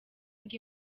ngo